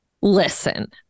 listen